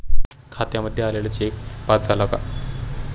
खात्यामध्ये आलेला cheque pass झाला का?